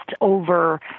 over